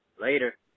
Later